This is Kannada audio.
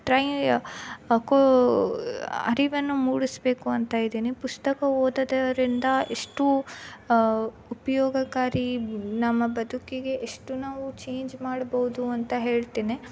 ಟ್ರೈ ಅರಿವನ್ನು ಮೂಡಿಸಬೇಕು ಅಂತಾ ಇದ್ದೀನಿ ಪುಸ್ತಕ ಓದೋದರಿಂದ ಎಷ್ಟು ಉಪಯೋಗಕಾರಿ ನಮ್ಮ ಬದುಕಿಗೆ ಎಷ್ಟು ನಾವು ಚೇಂಜ್ ಮಾಡ್ಬೋದು ಅಂತ ಹೇಳ್ತೇನೆ